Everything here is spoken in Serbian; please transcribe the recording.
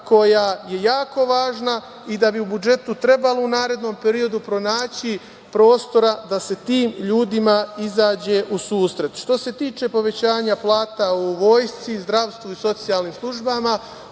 koja je jako važna i da bi u budžetu trebalo u narednom periodu pronaći prostora da se tim ljudima izađe u susret. Što se tiče povećanja plata u vojsci, zdravstvu i socijalnim službama,